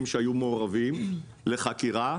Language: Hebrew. לחקירה,